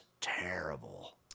terrible